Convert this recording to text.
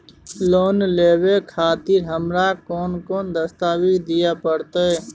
Loan लेवे खातिर हमरा कोन कौन दस्तावेज दिय परतै?